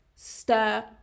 stir